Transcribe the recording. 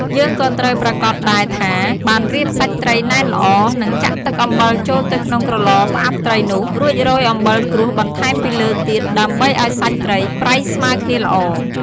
យើងក៏៏ត្រូវប្រាកដដែរថាបានរៀបសាច់ត្រីណែនល្អ និងចាក់ទឹកអំបិលចូលទៅក្នុងក្រឡផ្អាប់ត្រីនោះ រួចរោយអំបិលក្រួសបន្ថែមពីលើទៀត ដើម្បីឱ្យសាច់ត្រីប្រៃស្មើគ្នាល្អ។